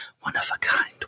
one-of-a-kind